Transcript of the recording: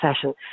session